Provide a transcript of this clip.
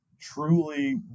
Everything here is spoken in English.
truly